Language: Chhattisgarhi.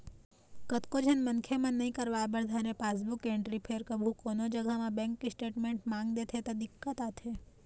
कतको झन मनखे मन नइ करवाय बर धरय पासबुक एंटरी फेर कभू कोनो जघा म बेंक स्टेटमेंट मांग देथे त दिक्कत आथे